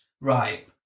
right